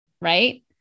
right